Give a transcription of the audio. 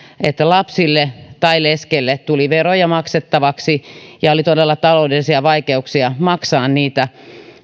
lapsille tai leskelle tuli veroja maksettavaksi ja oli todella taloudellisia vaikeuksia maksaa niitä